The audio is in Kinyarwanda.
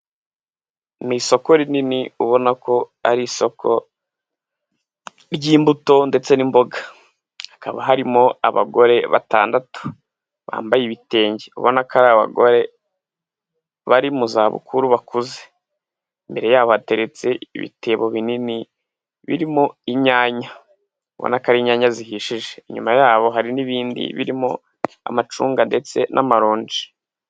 Ni isoko rinini ubona ko ari isoko ry'imbuto ndetse n'imboga. Hakaba harimo abagore batandatu. Bambaye ibitenge. Ubona ko ari abagore bari mu zabukuru bakuze. Imbere yabo hateretse ibitebo binini birimo inyanya. Ubona ko ari inyanya zihishije. Inyuma yabo hari n'ibindi birimo amacunga ndetse n'amaronji.